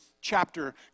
chapter